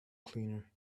cleaner